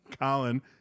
Colin